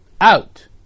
out